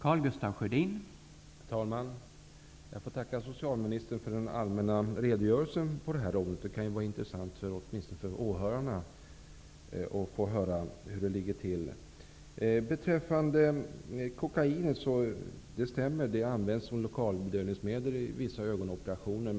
Herr talman! Jag tackar socialministern för den allmänna redogörelsen på detta område. Det kan vara intressant för åhörarna att få höra hur det ligger till. Det stämmer att kokain används som lokalbedövningsmedel vid vissa ögonoperationer.